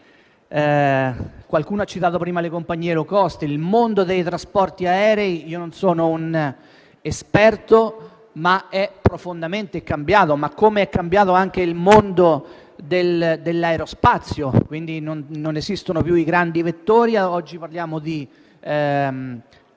Qualcuno ha citato prima le compagnie *low cost*. Il mondo dei trasporti aerei, anche se non sono un esperto, è profondamente cambiato, come è cambiato anche il mondo dell'aerospazio. Quindi oggi non esistono più i grandi vettori, ma si parla di